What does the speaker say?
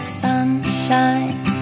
sunshine